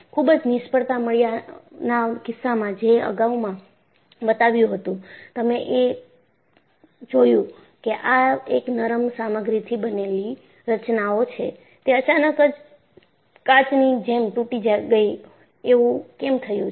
ખુબ જ નિષ્ફળતા મળીયા ના કિસ્સામાં જે અગાઉમાં બતાવ્યું હતું તમે એ જોયું કેઆ એક નરમ સામગ્રીથી બનેલી રચનાઓ છે તે અચાનક જ કાચની જેમ તૂટી ગઈ એવું કેમ થયું છે